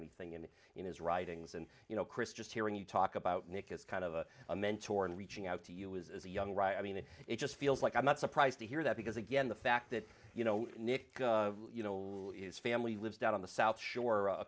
anything in it in his writings and you know chris just hearing you talk about nick is kind of a mentor and reaching out to you as a young writer i mean it just feels like i'm not surprised to hear that because again the fact that you know nick you know is family lives down the south shore a